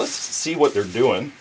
let's see what they're doing